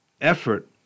effort